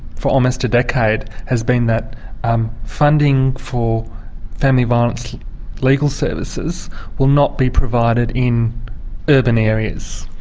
for almost a decade has been that um funding for family violence legal services will not be provided in urban areas.